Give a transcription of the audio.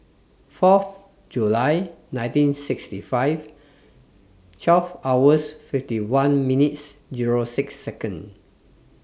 Fourth July nineteen sixty five twelve hours fifty one minutes Zero six Second